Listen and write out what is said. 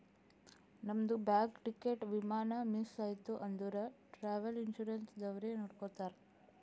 ನಮ್ದು bag, ticket, ವಿಮಾನ miss ಐಯ್ತ ಅಂದುರ್ ಟ್ರಾವೆಲ್ ಇನ್ಸೂರೆನ್ಸ್ ದವ್ರೆ ನೋಡ್ಕೊತ್ತಾರ್